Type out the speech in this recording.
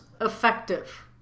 effective